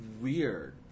weird